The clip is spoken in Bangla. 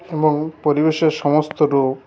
এবং পরিবেশের সমস্ত রূপ